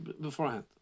beforehand